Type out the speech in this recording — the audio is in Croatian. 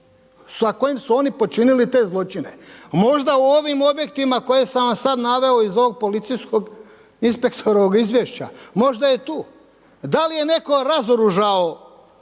sa kojim su oni počinili te zločine? Možda u ovim objektima koje sam vam sada naveo iz ovog policijskog inspektorovog izvješća? Možda je tu? Da li je netko razoružao